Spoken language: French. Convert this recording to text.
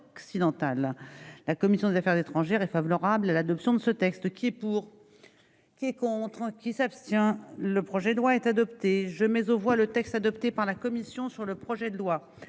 la commission des Affaires étrangères est favorable à l'adoption de ce texte qui est pour, qui est contre un qui s'abstient le projet doit être adopté je mais aux voit le texte adopté par la commission sur le projet de loi